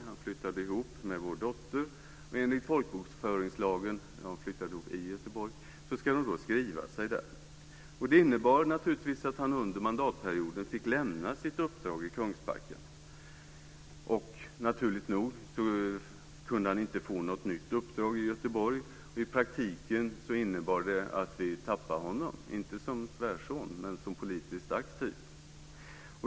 Han flyttade ihop med vår dotter i Göteborg, och enligt folkbokföringslagen ska de skriva sig där. Det innebar naturligtvis att han under mandatperioden fick lämna sitt uppdrag i Kungsbacka, och naturligt nog kunde han inte få något nytt uppdrag i Göteborg. I praktiken innebar det att vi tappade honom, inte som svärson, men som politiskt aktiv.